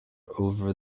over